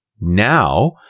now